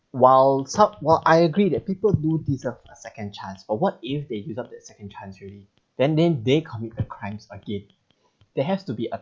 while some while I agree that people do deserve a second chance but what if they used up the second chance already then then they commit a crimes again there has to be a